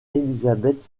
elizabeth